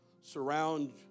surround